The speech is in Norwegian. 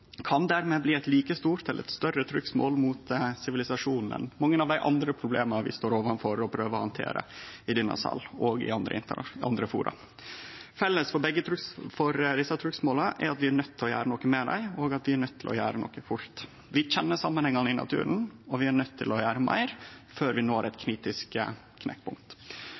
kan dermed bli eit like stort eller større trugsmål mot sivilisasjonen enn mange av dei andre problema vi står overfor og prøver handtere i denne salen og i andre forum. Felles for desse trugsmåla er at vi er nøydde til å gjere noko med dei, og at vi er nøydde til å gjere noko fort. Vi kjenner samanhengane i naturen, og vi er nøydde til å gjere meir før vi når eit kritisk knekkpunkt.